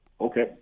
Okay